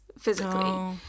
physically